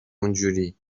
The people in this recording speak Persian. اونجوری